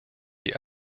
die